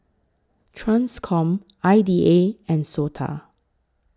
TRANSCOM I D A and Sota